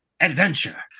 adventure